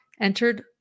entered